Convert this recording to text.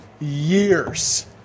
years